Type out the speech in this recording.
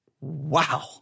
Wow